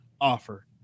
offer